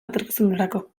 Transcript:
etorkizunerako